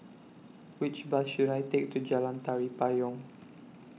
Which Bus should I Take to Jalan Tari Payong